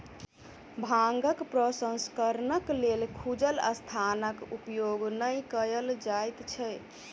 भांगक प्रसंस्करणक लेल खुजल स्थानक उपयोग नै कयल जाइत छै